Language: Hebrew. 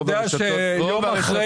אתה יודע שיום אחרי